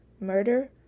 murder